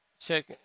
Check